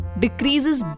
decreases